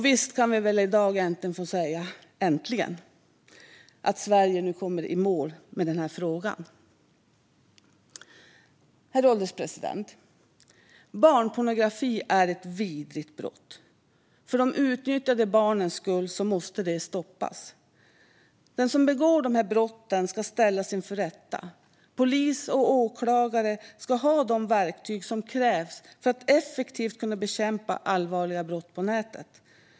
Visst kan man väl i dag få säga "Äntligen!" i och med att Sverige nu kommer i mål med frågan. Herr ålderspresident! Barnpornografi är ett vidrigt brott. För de utnyttjade barnens skull måste det stoppas. Den som begår dessa brott ska ställas inför rätta. Polis och åklagare ska ha de verktyg som krävs för att effektivt kunna bekämpa allvarliga brott på nätet.